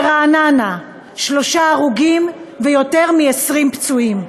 ברעננה, שלושה הרוגים ויותר מ-20 פצועים.